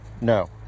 No